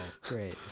great